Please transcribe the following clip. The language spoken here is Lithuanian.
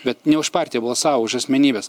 bet ne už partiją balsavo už asmenybes